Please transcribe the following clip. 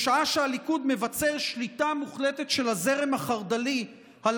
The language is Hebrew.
בשעה שהליכוד מבצר שליטה מוחלטת של הזרם החרד"לי על